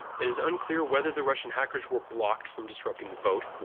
it is unclear whether the russian hackers were blocked from disrupting the vote,